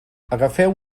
agafeu